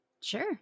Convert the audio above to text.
sure